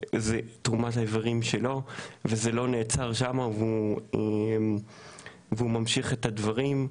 של תרומת האיברים שלו וזה לא נעצר שם והוא ממשיך את הדברים.